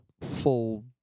full